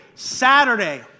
Saturday